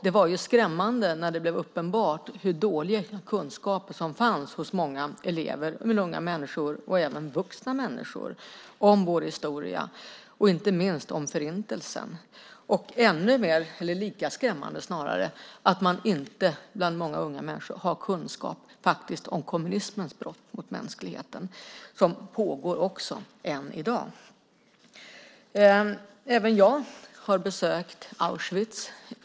Det var skrämmande när det blev uppenbart hur dålig kunskap som fanns hos många elever, men även hos vuxna människor, om vår historia - inte minst om Förintelsen. Lika skrämmande är det att många unga människor inte har kunskap om kommunismens brott mot mänskligheten, som pågår än i dag. Även jag har besökt Auschwitz.